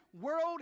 world